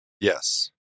Yes